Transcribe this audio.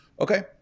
Okay